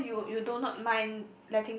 so you you do not mind